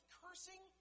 cursing